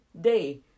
day